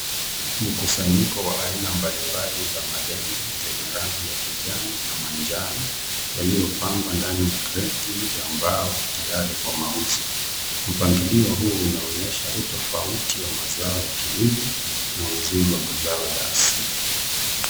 Mkusanyiko wa aina mbalimbali za malenge zenye rangi ya kijani na manjano yaliyopangwa ndani ya kreti ya mbao tayari kwa mauzo. Mpangilio huu unaonyesha utofauti wa mazao ya kilimo na uzuri wa mazao ya asili.